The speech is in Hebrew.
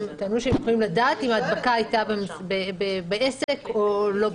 הם טענו שהם צריכים לדעת אם הדבקה הייתה בעסק או לא עסק.